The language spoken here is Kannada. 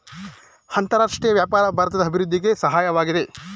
ಅಂತರರಾಷ್ಟ್ರೀಯ ವ್ಯಾಪಾರ ಭಾರತದ ಅಭಿವೃದ್ಧಿಗೆ ಸಹಾಯವಾಗಿದೆ